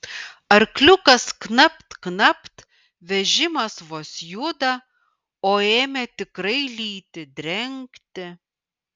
arkliukas knapt knapt vežimas vos juda o ėmė tikrai lyti drengti